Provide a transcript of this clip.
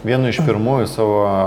vienu iš pirmųjų savo